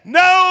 no